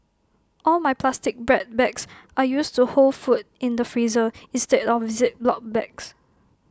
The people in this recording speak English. all my plastic bread bags are used to hold food in the freezer instead of Ziploc bags